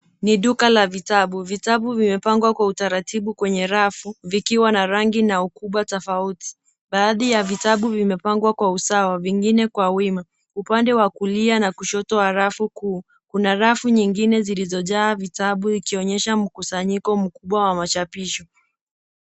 Ni duka la vitabu. Vitabu vimepangwa kwa utaratibu kwenye rafu vikiwa na rangi na ukubwa tofauti. Baadhi ya vitabu vimepangwa kwa usawa vingine kwa wima upande wa kulia na kushoto wa rafu kuu. Kuna rafu nyingine zilizo jaa vitabu vikionyesha mkusanyiko mkubwa wa machapisho.